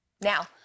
Now